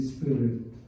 Spirit